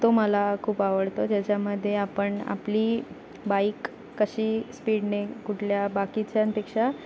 तो मला खूप आवडतो ज्याच्यामध्ये आपण आपली बाईक कशी स्पीडने कुठल्या बाकीच्यांपेक्षा